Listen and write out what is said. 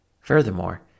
Furthermore